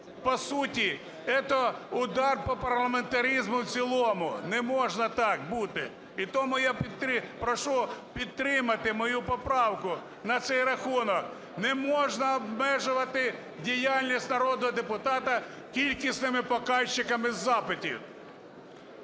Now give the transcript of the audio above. по суті, это удар по парламентаризму в цілому. Не може так бути. І тому я прошу підтримати мою поправку на цей рахунок. Не можна обмежувати діяльність народного депутата тільки своїми покажчиками із запитів.